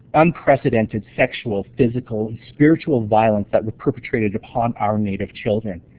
unprecedented sexual, physical and spiritual violence that were perpetrated upon our native children.